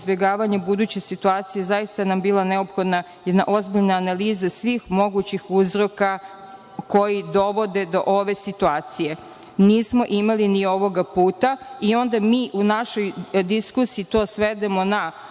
buduće situacije, zaista nam bila neophodna jedna ozbiljna analiza svih mogućih uzroka koji dovode do ove situacije. Nismo to imali ni ovoga puta i onda mi u našoj diskusiji to svedemo na